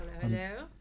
Hello